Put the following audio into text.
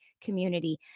community